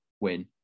win